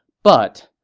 but,